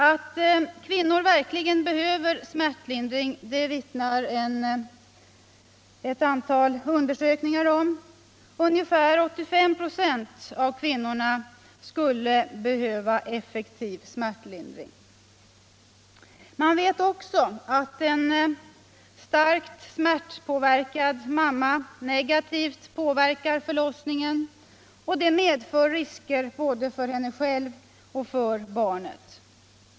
Att kvinnor verkligen behöver smärtlindring vittnar ett antal undersökningar om. Ungefär 85 ”» av kvinnorna skulle behöva effektiv smärtlindring. Man vet också att en starkt smärtpåverkad kvinna negativt påverkar förlossningen, vilket medför risker både för henne själv och för barnet.